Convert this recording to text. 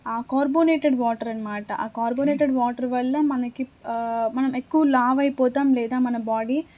ఆ carbonated water అనమాట carbonated water వల్ల మనకి మనం ఎక్కువ లావైపోతాం లేదా మన బాడీ